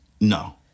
No